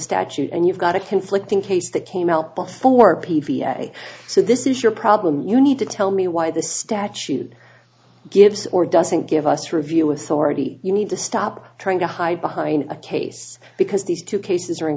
statute and you've got a conflicting case that came out before p v a so this is your problem you need to tell me why the statute gives or doesn't give us review authority you need to stop trying to hide behind a case because these two cases are in